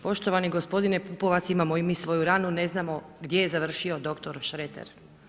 Poštovani gospodine Pupovac imamo i mi svoju ranu, ne znamo gdje je završio dr. Šreter.